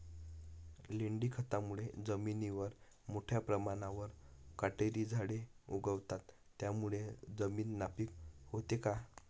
लेंडी खतामुळे जमिनीवर मोठ्या प्रमाणावर काटेरी झाडे उगवतात, त्यामुळे जमीन नापीक होते का?